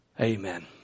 Amen